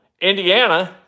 Indiana